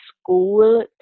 school